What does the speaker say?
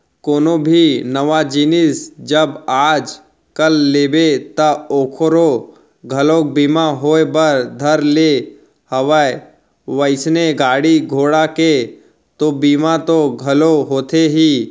कोनो भी नवा जिनिस जब आज कल लेबे ता ओखरो घलोक बीमा होय बर धर ले हवय वइसने गाड़ी घोड़ा के तो बीमा तो घलौ होथे ही